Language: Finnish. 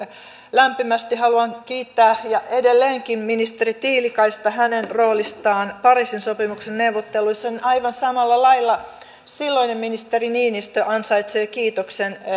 lämpimästi haluan kiittää ja edelleenkin ministeri tiilikaista hänen roolistaan pariisin sopimuksen neuvotteluissa niin aivan samalla lailla silloinen ministeri niinistö ansaitsee kiitoksen